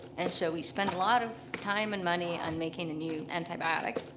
and so we spend a lot of time and money on making a new antibiotic,